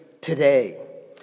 today